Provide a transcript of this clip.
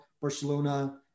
Barcelona